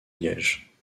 liège